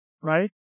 Right